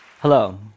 Hello